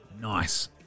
Nice